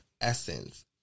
essence